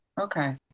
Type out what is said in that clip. Okay